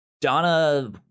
Donna